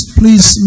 please